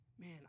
man